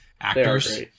actors